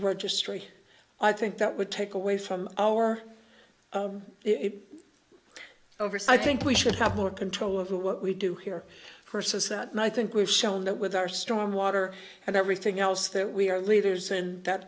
registry i think that would take away from our it over so i think we should have more control of what we do here purses that night think we've shown that with our stormwater and everything else that we are leaders and that